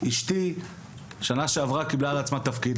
אשתי בשנה שעברה קיבלה על עצמה תפקיד,